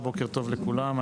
בוקר טוב לכולם,